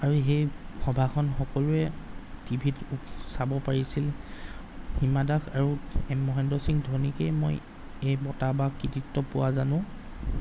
আৰু সেই সভাখন সকলোৱে টি ভিত চাব পাৰিছিল হিমা দাস আৰু এম মহেন্দ্ৰ সিং ধোনীকে মই এই বঁটা বা কৃতিত্ব পোৱা জানো